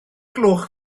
gloch